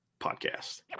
Podcast